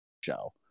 show